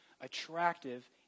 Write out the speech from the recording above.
attractive